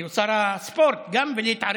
כי הוא שר הספורט, גם, ולהתערב.